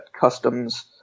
customs